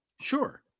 Sure